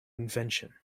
invention